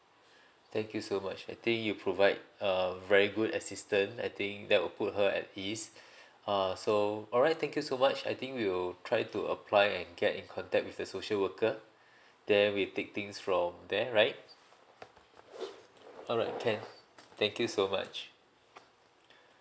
thank you so much I think you provide a very good assistant I think that will put her at ease err so alright thank you so much I think we will try to apply and get in contact with the social worker then we take things from there right alright can thank you so much